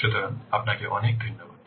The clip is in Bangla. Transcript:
সুতরাং আপনাকে অনেক ধন্যবাদ